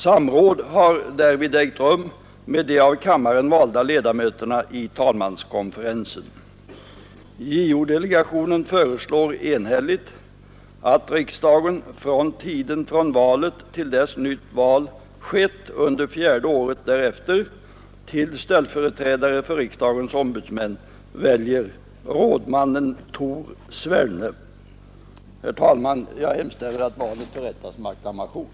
Samråd har därvid ägt rum med de av kammaren valda ledamöterna i talmanskonferensen. JO-delegationen föreslår enhälligt att riksdagen för tiden från valet till dess nytt val skett under fjärde året därefter till ställföreträdare för riksdagens ombudsmän väljer rådmannen Tor Sverne. Herr talman! Jag hemställer att valet förrättas med acklamation.